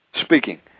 speaking